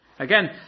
Again